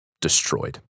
destroyed